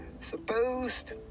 supposed